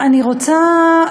אני רוצה,